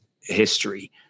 history